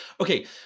Okay